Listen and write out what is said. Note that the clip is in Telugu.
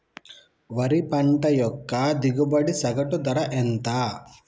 వరి పంట యొక్క దిగుబడి సగటు ధర ఎంత?